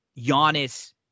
Giannis